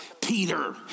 Peter